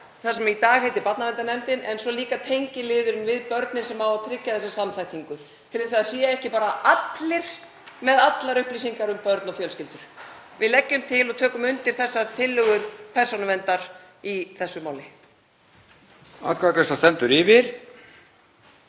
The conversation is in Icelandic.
það sem í dag heitir barnaverndarnefnd, en svo líka tengiliðurinn við börnin sem á að tryggja þessa samþættingu, til að það séu ekki bara allir með allar upplýsingar um börn og fjölskyldur. Við leggjum til og tökum undir tillögur Persónuverndar í þessu máli.